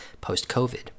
post-COVID